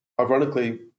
ironically